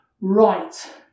right